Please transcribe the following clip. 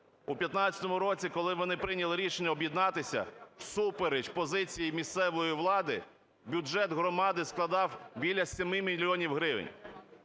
У 15-му році, коли вони прийняли рішення об'єднатися, всупереч позиції місцевої влади, бюджет громади складав біля 7 мільйонів гривень.